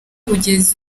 kugeza